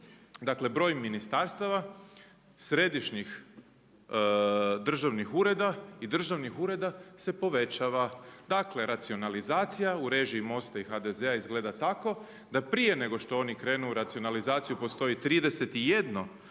dakle broj ministarstava središnjih državnih ureda i državnih ureda se povećava. Dakle, racionalizacija u režiji Most-a i HDZ-a izgleda tako da prije nego što oni krenu u racionalizaciju postoji 31